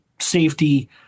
safety